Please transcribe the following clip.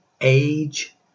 age